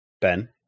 Ben